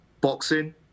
boxing